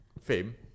Fame